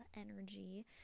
energy